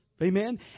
Amen